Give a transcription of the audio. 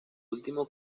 último